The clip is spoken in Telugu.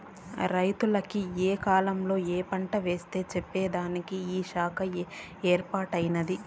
రైతన్నల కి ఏ కాలంలో ఏ పంటేసేది చెప్పేదానికి ఈ శాఖ ఏర్పాటై దాది